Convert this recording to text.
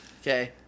Okay